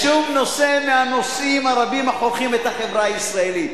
קולו לא נשמע בשום נושא מהנושאים הרבים החורכים את החברה הישראלית.